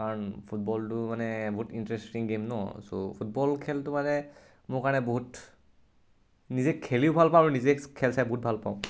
কাৰণ ফুটবলটো মানে বহুত ইণ্টাৰেষ্টিং গেম ন চ' ফুটবল খেলটো মানে মোৰ কাৰণে বহুত নিজে খেলিও ভাল পাওঁ আৰু নিজে খেল চাই বহুত ভাল পাওঁ